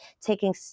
taking